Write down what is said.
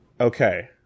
Okay